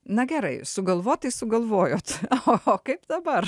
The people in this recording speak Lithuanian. na gerai sugalvotai sugalvojote oho kaip dabar